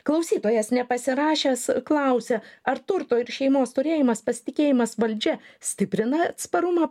klausytojas nepasirašęs klausia ar turto ir šeimos turėjimas pasitikėjimas valdžia stiprina atsparumą